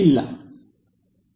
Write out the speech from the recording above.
ಇಲ್ಲ ಸರಿ